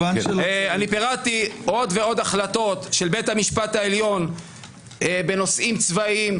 אני פירטתי עוד ועוד החלטות של בית המשפט העליון בנושאים צבאיים,